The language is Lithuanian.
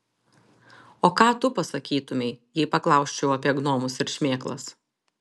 o ką tu pasakytumei jei paklausčiau apie gnomus ir šmėklas